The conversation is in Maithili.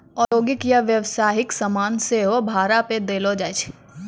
औद्योगिक या व्यवसायिक समान सेहो भाड़ा पे देलो जाय छै